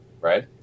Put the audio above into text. right